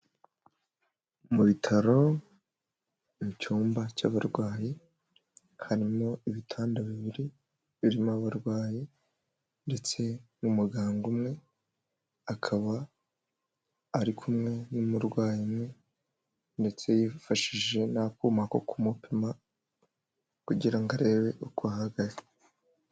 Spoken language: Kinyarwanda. Mu bitaro mu cyumba cy'abarwayi harimo ibitanda bibiri birimo abarwayi ndetse n'umuganga umwe, akaba ari kumwe n'umurwayi umwe ndetse yifashishije n'akuma ko kumupima kugirango arebe uko ahagaze.